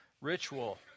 ritual